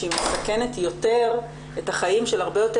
שהיא מסכנת יותר את החיים של הרבה יותר